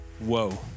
Whoa